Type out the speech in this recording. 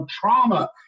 trauma